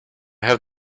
have